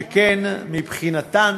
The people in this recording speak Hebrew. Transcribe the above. שכן מבחינתן